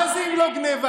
מה זה אם לא גנבה?